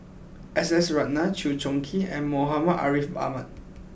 S S Ratnam Chew Choo Keng and Muhammad Ariff Ahmad